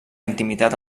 intimitat